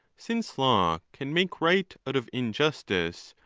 since law can make right out of injustice,